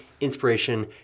inspiration